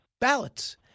ballots